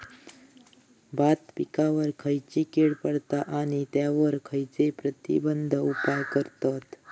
भात पिकांवर खैयची कीड पडता आणि त्यावर खैयचे प्रतिबंधक उपाय करतत?